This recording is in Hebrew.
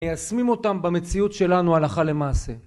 מיישמים אותם במציאות שלנו הלכה למעשה